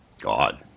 God